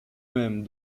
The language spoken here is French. mêmes